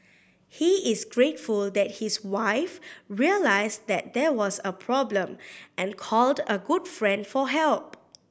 he is grateful that his wife realised that there was a problem and called a good friend for help